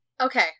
Okay